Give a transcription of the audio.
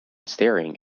staring